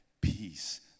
peace